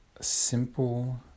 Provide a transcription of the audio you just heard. simple